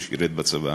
ששירת בצבא,